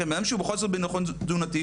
בנאדם שהוא בחוסר ביטחון תזונתי,